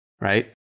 right